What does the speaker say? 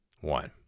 One